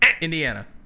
Indiana